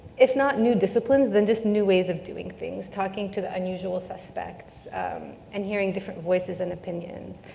if not new disciplines then just new ways of doing things, talking to the unusual suspects and hearing different voices and opinions.